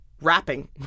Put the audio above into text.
rapping